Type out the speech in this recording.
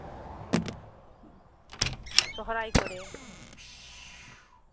ᱥᱚᱦᱨᱟᱭ ᱠᱚᱨᱮ